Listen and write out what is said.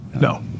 No